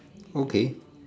okay